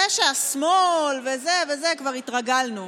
זה שהשמאל הוא זה וזה, כבר התרגלנו.